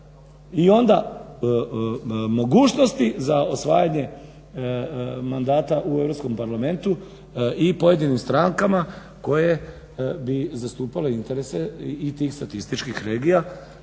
i onda mogućnosti za osvajanje mandata u Europskom parlamentu i pojedinim strankama koje bi zastupale interese i tih statističkih regija